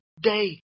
day